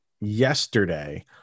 yesterday